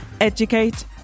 educate